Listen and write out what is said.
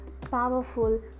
powerful